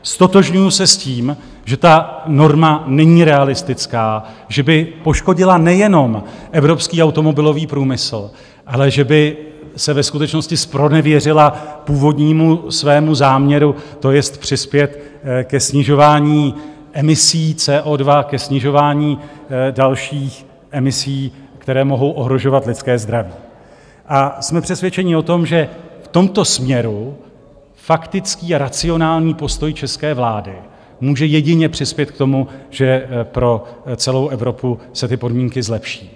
Ztotožňuji se s tím, že ta norma není realistická, že by poškodila nejenom evropský automobilový průmysl, ale že by se ve skutečnosti zpronevěřila původnímu svému záměru, to jest přispět ke snižování emisí CO2, ke snižování dalších emisí, které mohou ohrožovat lidské zdraví, a jsme přesvědčeni o tom, že v tomto směru faktický a racionální postoj české vlády může jedině přispět k tomu, že pro celou Evropu se ty podmínky zlepší.